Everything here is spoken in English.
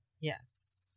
yes